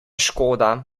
škoda